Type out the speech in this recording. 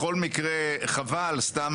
בכל מקרה חבל סתם